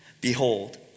Behold